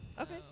okay